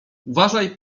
uważaj